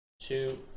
two